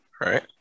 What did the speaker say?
right